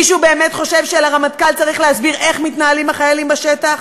מישהו באמת חושב שלרמטכ"ל צריך להסביר איך מתנהלים החיילים בשטח?